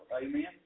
Amen